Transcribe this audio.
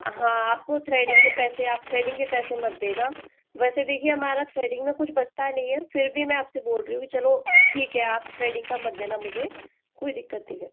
हाँ आपको थ्रेडिंग के पैसे आप थ्रेडिंग के पैसे मत देना वैसे देखिए हमारा थ्रेडिंग का कुछ बचता नहीं है फिर भी मैं आपसे बोल रही हूँ चलो ठीक है आप थ्रेडिंग का मत देना मुझे कोई दिक्कत नहीं है